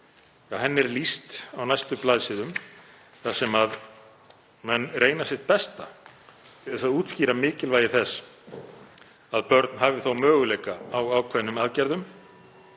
þeirra er lýst á næstu blaðsíðum þar sem menn reyna sitt besta til að útskýra mikilvægi þess að börn hafi þó möguleika á ákveðnum aðgerðum,